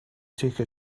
take